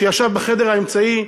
שישב בחדר האמצעי,